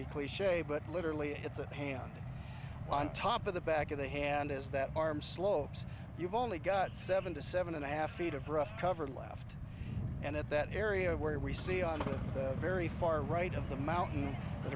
be cliche but literally it's a hand on top of the back of the hand is that arm slopes you've only got seven to seven and a half feet of rust cover left and at that area where we see on the very far right of the mountain